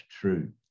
true